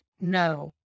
no